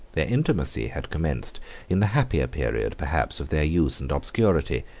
their intimacy had commenced in the happier period perhaps of their youth and obscurity.